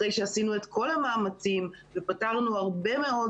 אחרי שעשינו את כל המאמצים ופתרנו הרבה מאוד